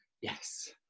Yes